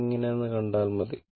അതെങ്ങനെയാണെന്ന് കണ്ടാൽ മതി